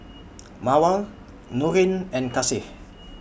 Mawar Nurin and Kasih